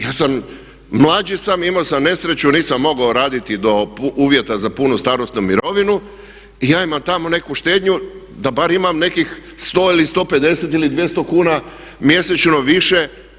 Ja sam, mlađi sam, imao sam nesreću, nisam mogao raditi do uvjeta za punu starosnu imovinu i ja imam tamo neku štednju, da barem imam nekih 100 ili 150 ili 200 kuna mjesečno više.